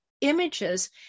images